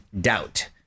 Doubt